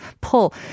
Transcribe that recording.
pull